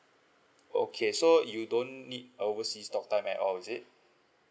okay so you don't need overseas talk time at all is it